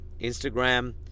Instagram